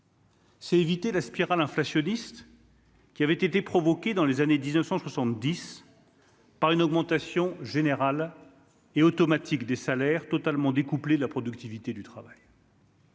C'est éviter la spirale inflationniste qui avait été provoquée dans les années 1970 par une augmentation générale et automatique des salaires totalement découplées de la productivité du travail.